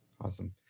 Awesome